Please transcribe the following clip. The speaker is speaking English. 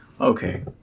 Okay